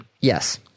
Yes